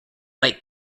lake